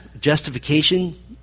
justification